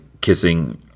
kissing